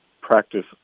practice